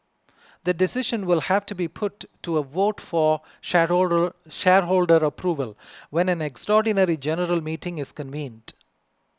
the decision will have to be put to a vote for shareholder approval when an extraordinarily general meeting is convened